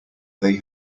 they